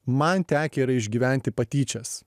man tekę yra išgyventi patyčias